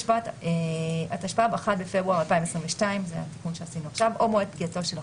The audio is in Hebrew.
בשבט התשפ"ב (1 בפברואר 2022) או מועד פקיעתו של החוק,